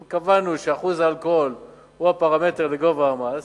אם קבענו שאחוז האלכוהול הוא הפרמטר לגובה המס,